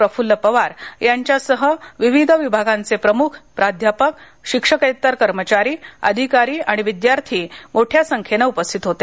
प्रफुल्ल पवार यांच्यासह विविध विभागांचे प्रमुख प्राध्यापक शिक्षकेतर कर्मचारी अधिकारी आणि विद्यार्थी मोठ्या संख्येने उपस्थित होते